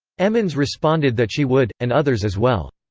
emmons responded that she would, and others as well.